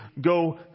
go